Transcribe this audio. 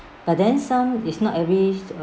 but then some is not arranged